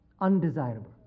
undesirable